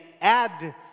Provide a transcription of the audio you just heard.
add